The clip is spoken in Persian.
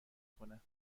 کند